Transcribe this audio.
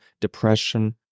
depression